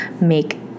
make